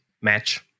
match